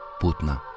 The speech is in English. putna!